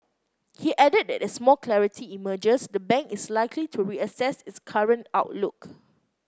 he added that as more clarity emerges the bank is likely to reassess its current outlook